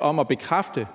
om at bekræfte,